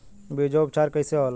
बीजो उपचार कईसे होला?